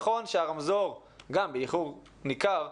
נכון, שהרמזור, גם באיחור ניכר,